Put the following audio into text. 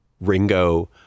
Ringo